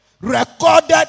recorded